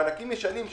מענקים ישנים,